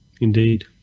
indeed